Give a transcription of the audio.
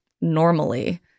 normally